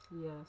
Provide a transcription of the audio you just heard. Yes